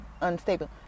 unstable